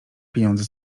pieniądze